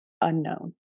unknown